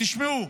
תשמעו,